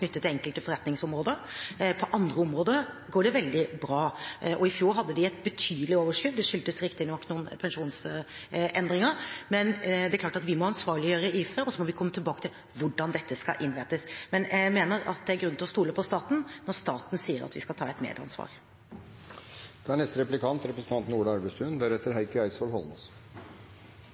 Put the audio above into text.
til enkelte forretningsområder. På andre områder går det veldig bra. I fjor hadde de et betydelig overskudd, det skyldtes riktig nok noen pensjonsendringer, men det er klart at vi må ansvarliggjøre IFE, og så må vi komme tilbake til hvordan dette skal innrettes. Jeg mener at det er grunn til å stole på staten når staten sier at vi skal ta et medansvar. Jeg tror ikke det er